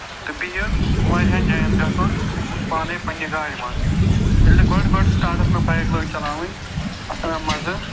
تہٕ بیٚیہِ واریاہَن جاین گژھُن پانے پَنٕنہِ گاڑِ منٛز ییٚلہِ مےٚ گۄڈٕ گۄڈٕ سِٹارٹَس مےٚ بایِک لٲج چَلاوٕنۍ اَتھ آو مےٚ مَزٕ